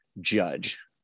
judge